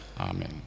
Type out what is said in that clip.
Amen